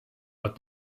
but